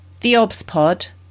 theobspod